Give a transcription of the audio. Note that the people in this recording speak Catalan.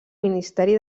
ministeri